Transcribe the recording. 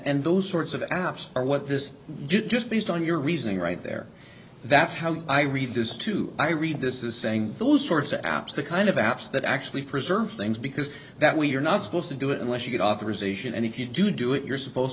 and those sorts of apps or what this did just based on your reasoning right there that's how i read this too i read this is saying those sorts of apps the kind of apps that actually preserve things because that we're not supposed to do it unless you get authorization and if you do do it you're supposed